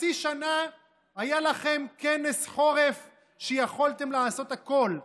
חצי שנה היה לכם היה לכם כנס חורף שיכולתם לעשות הכול.